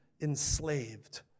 enslaved